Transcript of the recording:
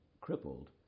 crippled